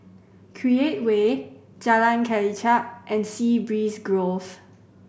Create Way Jalan Kelichap and Sea Breeze Grove